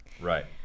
Right